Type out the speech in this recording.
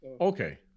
Okay